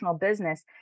business